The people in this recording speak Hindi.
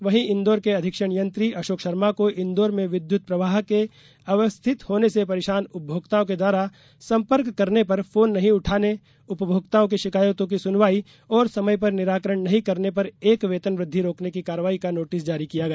वहीं इंदौर के अधीक्षण यंत्री अशोक शर्मा को इंदौर में विद्युत प्रवाह के अव्यवस्थित होने से परेशान उपभोक्ताओं के द्वारा सम्पर्क करने पर फोन नहीं उठाने उपभोक्ताओं की शिकायतों की सुनवाई और समय पर निराकरण नहीं करने पर एक वेतन वृद्धि रोकने की कार्रवाई का नोटिस जारी किया गया